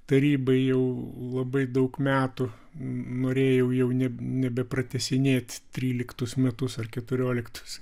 tarybai jau labai daug metų norėjau jau nebe nebepratęsinėt tryliktus metus ar keturioliktus